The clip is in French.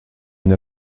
une